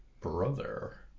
brother